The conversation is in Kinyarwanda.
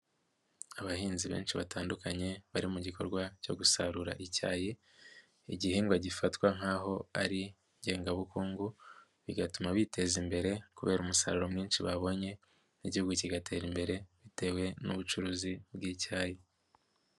Abahinzi benshi batandukanye bari mu gikorwa cyo gusarura icyayi, igihingwa gifatwa nkaho ari ngengabukungu bigatuma biteza imbere kubera umusaruro mwinshi babonye n'Igihugu kigatera imbere bitewe n'ubucuruzi bw'icyayi.